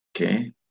okay